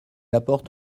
apporte